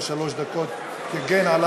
שבשלוש הדקות עכשיו תגן עלי,